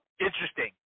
interesting